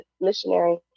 missionary